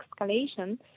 escalation